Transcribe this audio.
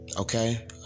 Okay